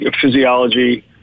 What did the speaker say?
physiology